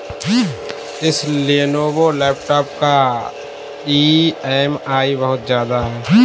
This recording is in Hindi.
इस लेनोवो लैपटॉप का ई.एम.आई बहुत ज्यादा है